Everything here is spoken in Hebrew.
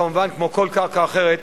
כמובן כמו כל קרקע אחרת,